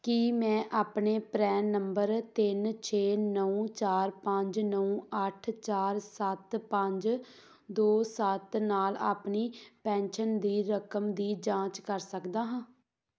ਕੀ ਮੈਂ ਆਪਣੇ PRAN number ਤਿੰਨ ਛੇ ਨੌਂ ਚਾਰ ਪੰਜ ਨੌਂ ਅੱਠ ਚਾਰ ਸੱਤ ਪੰਜ ਦੋ ਸੱਤ ਨਾਲ ਆਪਣੀ ਪੈਨਸ਼ਨ ਦੀ ਰਕਮ ਦੀ ਜਾਂਚ ਕਰ ਸਕਦਾ ਹਾਂ